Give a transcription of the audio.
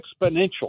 exponential